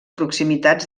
proximitats